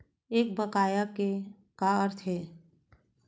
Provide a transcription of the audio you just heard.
एक बकाया के का अर्थ हे?